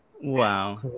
Wow